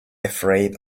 afraid